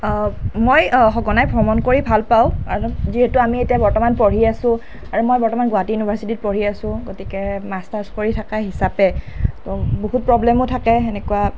মই সঘনাই ভ্ৰমণ কৰি ভাল পাওঁ যিহেতু আমি এতিয়া বৰ্তমান পঢ়ি আছোঁ আৰু মই বৰ্তমান গুৱাহাটী ইউনিভাৰ্ছিটিত পঢ়ি আছোঁ গতিকে মাষ্টাৰ্ছ কৰি থকা হিচাপে বহুত প্ৰবলেমো থাকে সেনেকুৱা